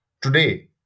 today